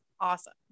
awesome